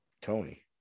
tony